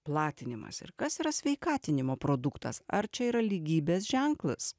platinimas ir kas yra sveikatinimo produktas ar čia yra lygybės ženklas